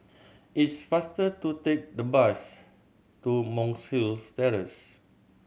it's faster to take the bus to Monk's Hill Terrace